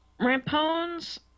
Rampone's